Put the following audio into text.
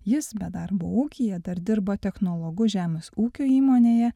jis be darbo ūkyje dar dirba technologu žemės ūkio įmonėje